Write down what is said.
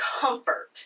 comfort